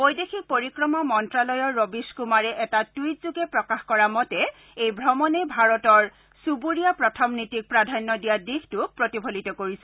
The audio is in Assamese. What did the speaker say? বৈদেশিক পৰিক্ৰমা মন্ত্ৰালয়ৰ ৰবিশ কুমাৰে এটা টুইটযোগে প্ৰকাশ কৰা মতে এই ভ্ৰমণে ভাৰতৰ চুবুৰীয়া প্ৰথম নীতিক প্ৰাধান্য দিয়া দিশটোক প্ৰতিফলিত কৰিছে